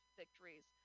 victories